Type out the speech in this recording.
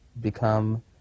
become